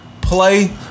play